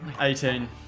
Eighteen